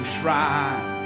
Shrine